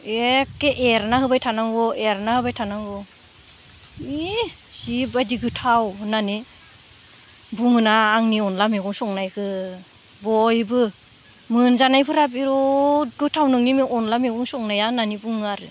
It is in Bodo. एक्के एरना होबाय थानांगौ एरना होबाय थानांगौ ऐह जिबायदि गोथाव होननानै बुङोना आंनि अनला मैगं संनायखौ बयबो मोनजानायफोरा बिरात गोथाव नोंनि बे अनला मैगं संनाया होननानै बुङो आरो